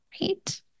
Right